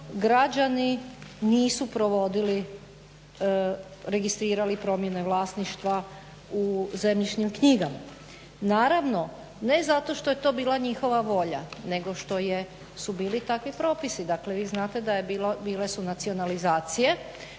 građani nisu provodili, registrirali promjene vlasništva u zemljišnim knjigama, naravno ne zato što je to bila njihova volja nego što su bili takvi propisi. Dakle vi znate da su bile nacionalizacije,